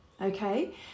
okay